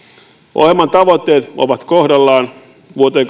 ohjelman tavoitteet ovat kohdallaan vuoteen